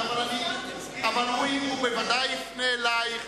הוא בוודאי יפנה אלייך.